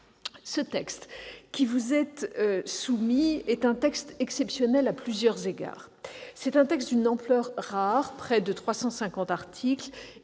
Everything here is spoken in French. Le texte qui vous est soumis est un texte exceptionnel à plusieurs égards. Il est d'une ampleur rare- près de 350 articles